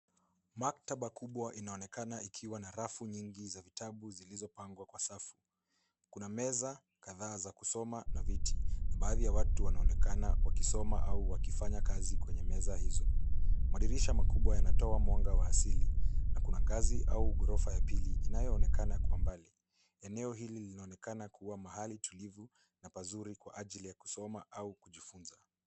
Maktaba kubwa inaonekana ikiwa na rafu nyingi za vitabu vilivyopangwa kwa safu. Kuna meza kadhaa za kusoma na viti. Baadhi ya watu wanaonekana wakisoma au wakifanya kazi kwenye meza hizo. Madirisha makubwa yanatoa mwanga wa asili, na kuna ngazi au ghorofa ya pili inayoonekana kwa mbali. Eneo hili linaonekana kuwa mahali tulivu na pazuri kwa ajili ya kusoma au kujifunza.